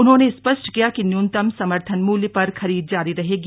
उन्होंने स्पष्ट किया कि न्यूनतम समर्थन मूल्य पर खरीद जारी रहेगी